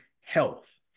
health